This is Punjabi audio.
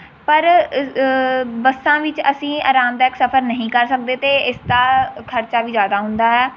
ਪਰ ਬੱਸਾਂ ਵਿੱਚ ਅਸੀਂ ਆਰਾਮਦਾਇਕ ਸਫ਼ਰ ਨਹੀਂ ਕਰ ਸਕਦੇ ਅਤੇ ਇਸਦਾ ਖਰਚਾ ਵੀ ਜ਼ਿਆਦਾ ਹੁੰਦਾ ਹੈ